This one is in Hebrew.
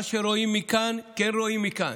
מה שרואים מכאן כן רואים מכאן.